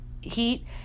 heat